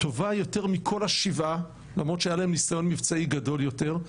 טובה יותר מכל השבעה למרות שהיה להם ניסיון מבצעי גדול יותר,